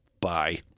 bye